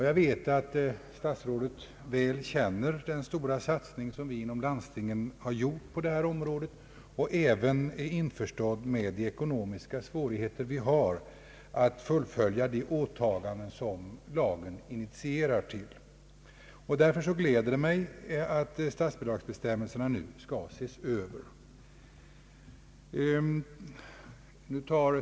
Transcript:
Jag vet ati statsrådet väl känner den stora satsning som landstingen har gjort på det här området och även är införstådd med de ekonomiska svårig heter landstingen har att fullfölja de åtaganden som lagen initierar. Därför gläder det mig att statsbidragsbestämmelserna nu skall ses över.